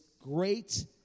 great